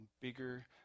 bigger